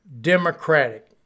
democratic